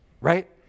right